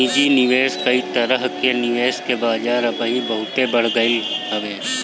निजी निवेश कई तरह कअ निवेश के बाजार अबही बहुते बढ़ गईल हवे